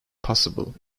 possible